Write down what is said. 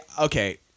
okay